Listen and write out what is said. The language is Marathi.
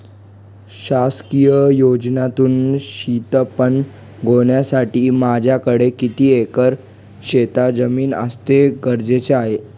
शासकीय योजनेतून शेतीपंप घेण्यासाठी माझ्याकडे किती एकर शेतजमीन असणे गरजेचे आहे?